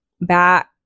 back